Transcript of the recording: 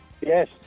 Yes